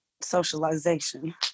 socialization